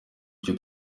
icyo